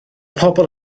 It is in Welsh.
pobol